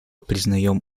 признаем